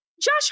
Josh